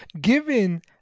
given